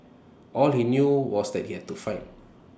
all he knew was that he had to fight